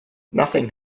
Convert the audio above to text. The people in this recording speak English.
nothing